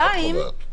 שנית,